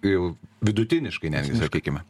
jau vidutiniškai netgi sakykime